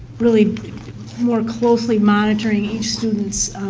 really more closely monitoring each student's